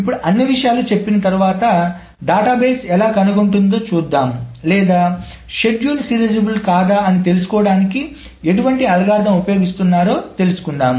ఇప్పుడు అన్ని విషయాలు చెప్పిన తరువాత డేటాబేస్ ఎలా కనుగొంటుందో చూద్దాం లేదా షెడ్యూల్ సీరియలైజబుల్ కాదా అని తెలుసుకోవడానికి ఎటువంటి అల్గోరిథం ఉపయోగిస్తున్నారో తెలుసుకుందాం